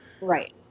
Right